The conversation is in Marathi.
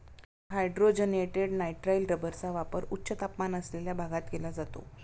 हायड्रोजनेटेड नायट्राइल रबरचा वापर उच्च तापमान असलेल्या भागात केला जातो